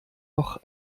noch